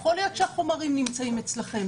יכול להיות שהחומרים נמצאים אצלכם,